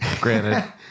granted